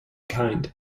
kind